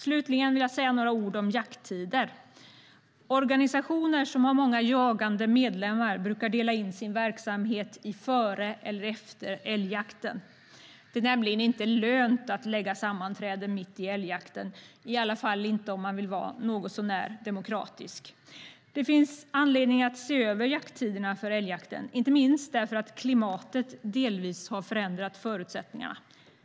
Slutligen vill jag säga några ord om jakttider. Organisationer som har många jagande medlemmar brukar dela in sin verksamhet i före och efter älgjakten. Det är nämligen inte lönt att lägga sammanträden mitt i älgjakten, i alla fall inte om man vill vara något så när demokratisk. Det finns anledning att se över jakttiderna för älgjakten, inte minst därför att klimatet delvis har förändrat förutsättningarna.